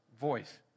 voice